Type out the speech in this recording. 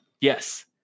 Yes